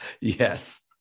Yes